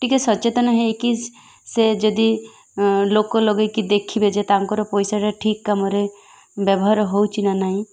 ଟିକେ ସଚେତନ ହେଇକି ସେ ଯଦି ଲୋକ ଲଗେଇକି ଦେଖିବେ ଯେ ତାଙ୍କର ପଇସାଟା ଠିକ୍ କାମରେ ବ୍ୟବହାର ହେଉଛି ନା ନାହିଁ